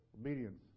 Obedience